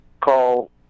call